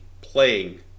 Playing